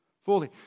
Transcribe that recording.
Fully